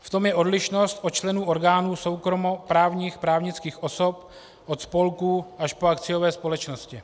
V tom je odlišnost od členů orgánů soukromoprávních právnických osob, od spolků až po akciové společnosti.